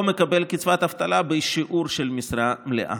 מקבל קצבת אבטלה בשיעור של משרה מלאה.